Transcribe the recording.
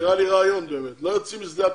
נראה לי רעיון באמת, לא יוצאים משדה התעופה.